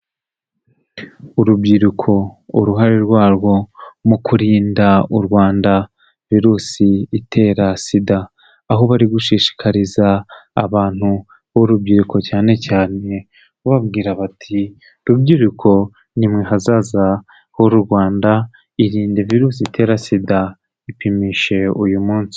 Urubyiruko uruhare rwarwo mu kurinda u Rwanda virusi itera Sida, aho bari gushishikariza abantu b'urubyiruko cyane cyane bababwira bati "rubyiruko nimwe hazaza h'uru Rwanda, irinde virusi itera Sida, ipimishije uyu munsi".